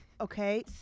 Okay